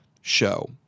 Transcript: show